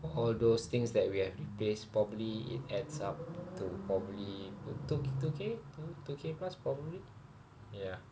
all those things that we have replaced probably it adds up to probably two two K two K plus probably ya